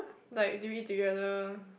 like do you eat together